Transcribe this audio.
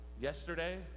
yesterday